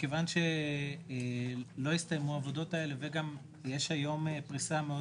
מכיוון שלא הסתיימו העבודות האלה וגם יש היום פריסה מאוד